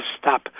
stop